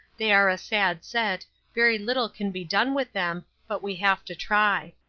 they are a sad set very little can be done with them, but we have to try.